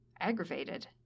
aggravated